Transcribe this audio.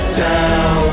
down